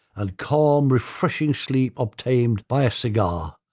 and calm refreshing sleep obtained by a cigar,